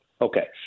Okay